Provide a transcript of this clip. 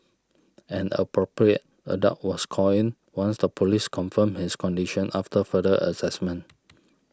an Appropriate Adult was called in once the police confirmed his condition after further assessment